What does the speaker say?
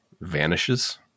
vanishes